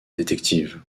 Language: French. détective